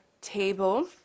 table